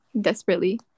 desperately